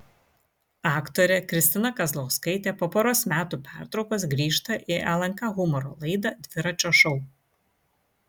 aktorė kristina kazlauskaitė po poros metų pertraukos grįžta į lnk humoro laidą dviračio šou